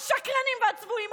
השקרנים והצבועים,